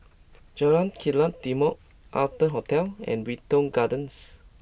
Jalan Kilang Timor Arton Hotel and Wilton Gardens